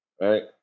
right